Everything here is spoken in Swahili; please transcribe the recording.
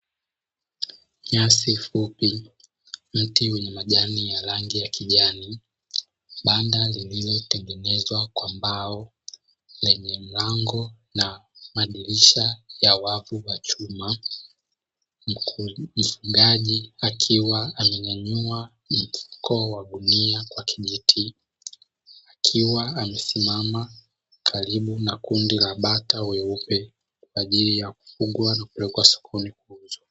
Nyasi fupi mti wenye majani ya rangi ya kijani banda lililotengenezwa kwa mbao lenye mlango na madirisha ya wavu wa chuma mkulima mfugaji akiwa amenyanyua mfuko wa gunia kwa kijiti akiwa amesimama karibu na kundi la bata weupe kwa ajili ya kufungwa na kupelekwa sokoni kuuzwa.